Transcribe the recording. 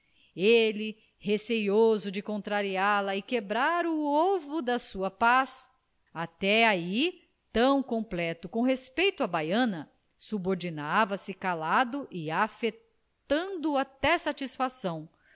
ele receoso de contrariá-la e quebrar o ovo da sua paz até ai tão completo com respeito à baiana subordinava se calado e afetando até satisfação